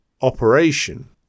operation